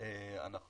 אנחנו